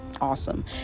awesome